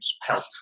help